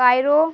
Cairo